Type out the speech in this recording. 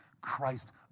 Christ